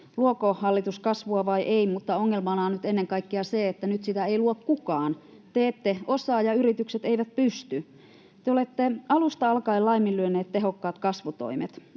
luoko hallitus kasvua vai ei, mutta ongelmanahan on nyt ennen kaikkea se, että nyt sitä ei luo kukaan. Te ette osaa, ja yritykset eivät pysty. Te olette alusta alkaen laiminlyöneet tehokkaat kasvutoimet.